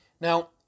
Now